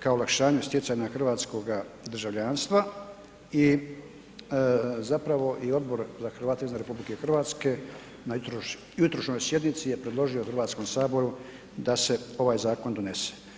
ka olakšanju stjecanja hrvatskoga državljanstva i zapravo i Odbor za Hrvate izvan RH na jutrošnjoj sjednici je predložio Hrvatskom saboru da se ovaj zakon donese.